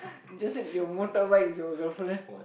just that your motorbike's your girlfriend